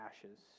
ashes